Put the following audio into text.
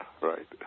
Right